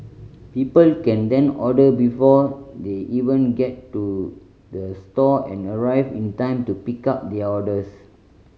people can then order before they even get to the store and arrive in time to pick up their orders